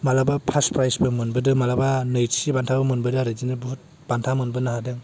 मालाबा फार्स्त प्राइजबो मोनबोदों मालाबा नैथि बान्थाबो मोनबोदों आरो बिदिनो बहुथ बान्था मोनबोनो हादों